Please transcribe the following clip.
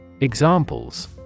Examples